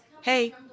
hey